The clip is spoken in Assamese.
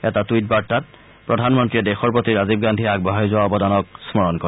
এটা টুইট বাৰ্তাত প্ৰধানমন্ত্ৰীয়ে দেশৰ প্ৰতি ৰাজীৱ গান্ধীয়ে আগবঢ়াই যোৱা অৱদানক স্মৰণ কৰে